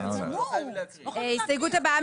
ההסתייגות הבאה,